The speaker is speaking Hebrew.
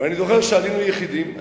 ואני זוכר שעלינו יחידים.